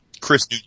Chris